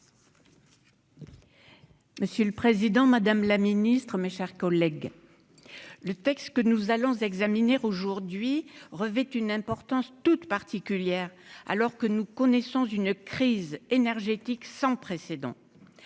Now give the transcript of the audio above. Monsieur le Président, Madame la Ministre, mes chers collègues, le texte que nous allons examiner aujourd'hui revêt une importance toute particulière alors que nous connaissons une crise énergétique sans précédent